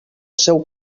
seu